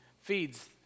feeds